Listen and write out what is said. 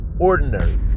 ordinary